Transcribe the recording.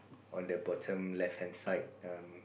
on the bottom left hand side um